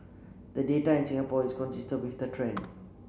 the data in Singapore is consist with that trend